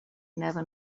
never